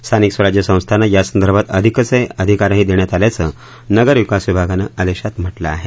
स्थानिक स्वराज्य संस्थाना यासंदर्भात अधिकचे अधिकारही देण्यात आल्याचं नगर विकास विभागानं आदेशात म्हटलं आहे